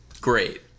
great